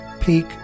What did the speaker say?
Peak